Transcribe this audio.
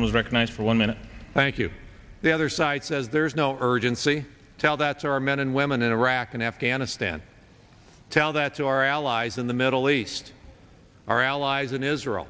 don't recognize for one minute thank you the other side says there's no urgency tell that's our men and women in iraq and afghanistan tell that to our allies in the middle east our allies in israel